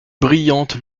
brillantes